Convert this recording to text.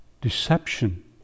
Deception